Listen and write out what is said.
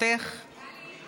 בבקשה, גברתי.